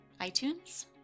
iTunes